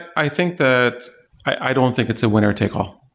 i think that i don't think it's a winner take all.